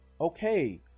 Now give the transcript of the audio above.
okay